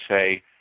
say